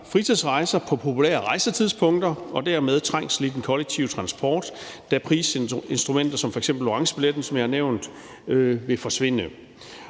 fritidsrejser på populære rejsetidspunkter og dermed trængsel i den kollektive transport, da prisinstrumenter som f.eks. orangebilletten, som jeg har nævnt, vil forsvinde.